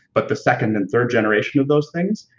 but the second and third generation of those things,